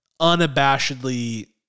unabashedly